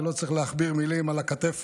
ולא צריך להכביר מילים על הכתף